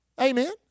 Amen